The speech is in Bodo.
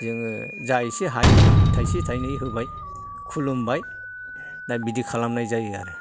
जोङो जा एसे हायो थायसे थायनै होबाय खुलुमबाय दा बिदि खालामनाय जायो आरो